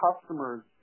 customers